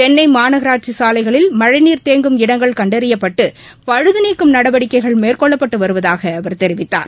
சென்னை மாநகராட்சி சாலைகளில் மழை நீர் தேங்கும் இடங்கள் கண்டறியப்பட்டு பழுதழீக்கும் நடவடிக்கைகள் மேற்கொள்ளப்பட்டு வருவதாக அவர் தெரிவித்தார்